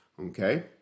Okay